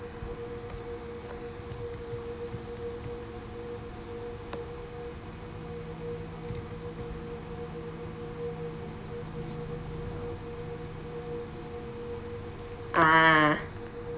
ah